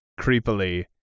creepily